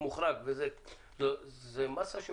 מוחרג וזה מסה של